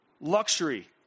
luxury